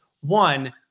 one